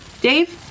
Dave